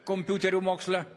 kompiuterių moksle